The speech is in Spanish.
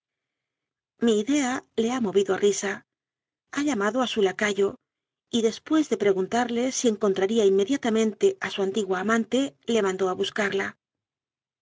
mi idea le ha movido a risa ha llamado a su lacayo y después de preguntarle si encontraría inmediatamente a su antigua amante le mandó a buscarla